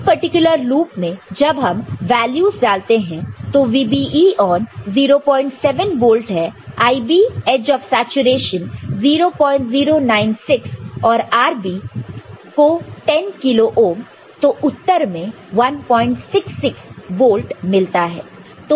इस particular loop में जब हम वैल्यूस डालते हैं तो VBE 07 वोल्ट है IB एज ऑफ सैचुरेशन 0096 और RB को 10 किलो ओहम तो उत्तर में हमें 166 वोल्ट मिलता है